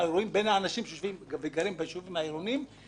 בין האנשים שגרים בישובים העירוניים לבין